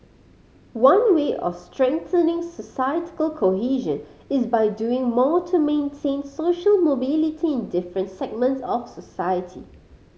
one way of strengthening societal cohesion is by doing more to maintain social mobility in different segments of society